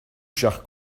chers